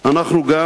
אנחנו גם